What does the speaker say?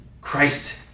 Christ